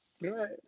right